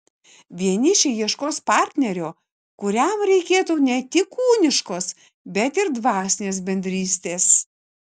vienišiai ieškos partnerio kuriam reikėtų ne tik kūniškos bet ir dvasinės bendrystės